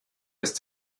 ist